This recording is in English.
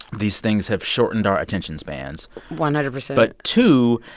these things have shortened our attention spans one hundred percent but, two,